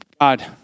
God